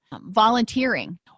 volunteering